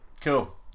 Cool